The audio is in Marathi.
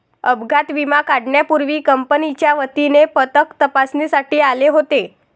अपघात विमा काढण्यापूर्वी कंपनीच्या वतीने पथक तपासणीसाठी आले होते